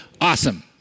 awesome